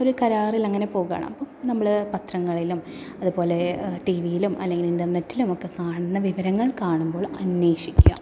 ഒരു കരാറിൽ അങ്ങനെ പോകുകയാണ് അപ്പോൾ നമ്മൾ പത്രങ്ങളിലും അതുപോലെ ടി വിയിലും അല്ലെങ്കിൽ ഇൻ്റർനെറ്റിലും ഒക്കെ കാണുന്ന വിവരങ്ങൾ കാണുമ്പോൾ അന്വേഷിക്കുക